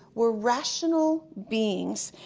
were rational beings.